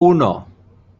uno